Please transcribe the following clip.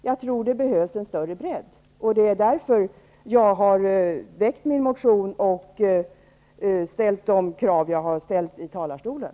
Jag tror att det behövs en större bredd. Det är därför jag har väckt min motion och ställt de krav jag har framfört i talarstolen.